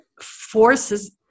forces